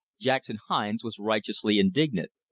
jackson hines was righteously indignant,